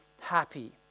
happy